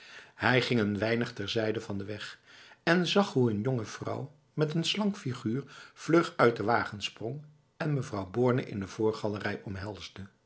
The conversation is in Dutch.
hij ging een weinig ter zijde van de weg en zag hoe een jonge vrouw met n slanke figuur vlug uit de wagen sprong en mevrouw borne in de voorgalerij omhelsde